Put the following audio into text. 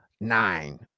nine